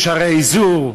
יש הרי אזור,